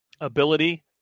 ability